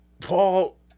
Paul